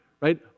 Right